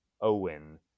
Owen